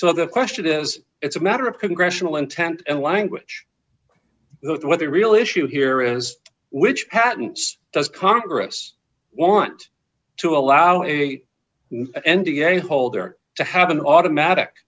so the question is it's a matter of congressional intent and language what the real issue here is which patents does congress want to allow a and again holder to have an automatic